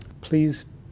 please